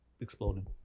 exploded